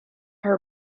her